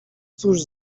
cóż